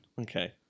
Okay